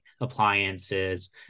appliances